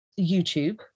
YouTube